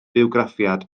bywgraffiad